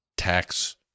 tax